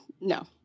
No